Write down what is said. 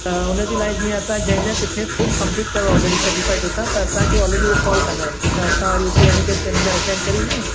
त उनजे लाइ जीअं असां जंहिं जंहिं फ़िट्नेस कोर्स कम्पलीट कयो आहे ऑलरेडी सर्टीफाई हुनसां त असांखे ऑलरेडी हू कॉल कंदा आहिनि त असां वरी उते वञी करे सेमीनार अटेंड करे ईंदा आहियूं